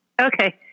Okay